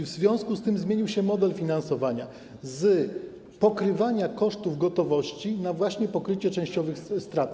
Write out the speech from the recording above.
W związku z tym zmienił się model finansowania: z pokrywania kosztów gotowości na pokrywanie częściowych strat.